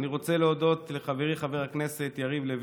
אני רוצה להודות לחברי חבר הכנסת יריב לוין,